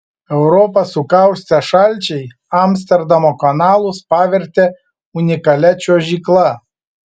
europą sukaustę šalčiai amsterdamo kanalus pavertė unikalia čiuožykla